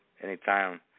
Anytime